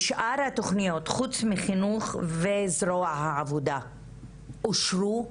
שאר התוכניות חוץ מחינוך וזרוע העבודה אושרו?